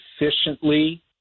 efficiently